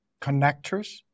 connectors